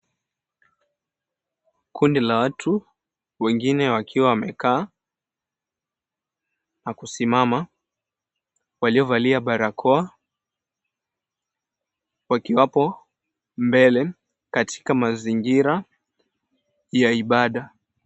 Kundi la watu wengine wakiwa wamekaa na kusimama walio valia barakoa wakiwapo mbele katika mazingira ya ibada.